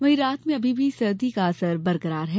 वहीं रात में अभी भी सर्दी का असर बरकरार है